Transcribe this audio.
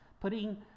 putting